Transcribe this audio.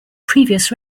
previous